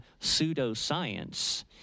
pseudoscience